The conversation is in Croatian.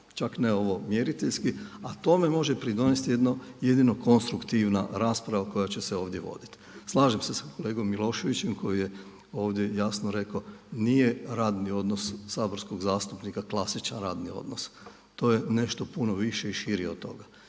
da je to ključno. A tome može pridonijeti jedino konstruktivna rasprava koja će se ovdje voditi. Slažem se sa kolegom Miloševićem koji je ovdje jasno rekao nije radni odnos saborskog zastupnika klasičan radni odnos. To je nešto puno više i šire od toga.